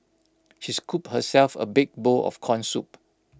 she scooped herself A big bowl of Corn Soup